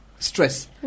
Stress